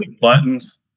buttons